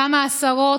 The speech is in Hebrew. כמה עשרות,